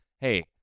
hey